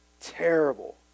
terrible